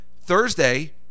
Thursday